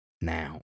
now